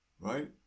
right